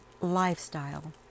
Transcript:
lifestyle